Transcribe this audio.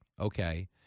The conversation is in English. Okay